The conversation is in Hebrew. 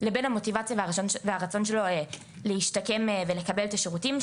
לבין המוטיבציה והרצון שלו להשתקם ולקבל את השירותים,